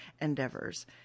endeavors